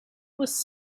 was